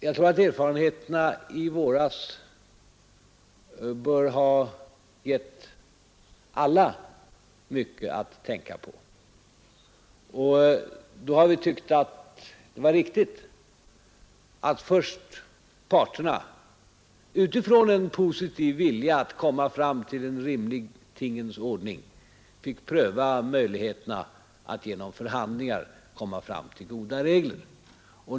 Jag tror att erfarenheterna från i våras bör ha gett alla mycket att tänka på. Då har vi tyckt att det var riktigt att först parterna, utifrån en positiv vilja att komma fram till en rimlig tingens ordning, fick pröva möjligheterna att genom förhandlingar komma fram till goda regler.